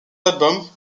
album